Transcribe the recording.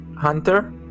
hunter